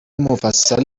مفصل